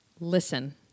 listen